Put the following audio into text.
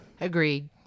Agreed